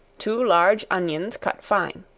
two large onions cut fine